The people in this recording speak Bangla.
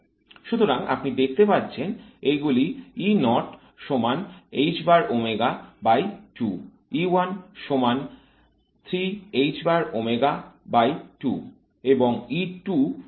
সুতরাং আপনি দেখতে পাচ্ছেন এইগুলি এবং এবং এইভাবে পরপর